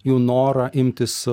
jų norą imtis